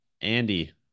Andy